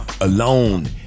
alone